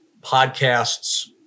podcasts